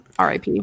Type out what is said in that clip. rip